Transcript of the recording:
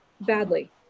badly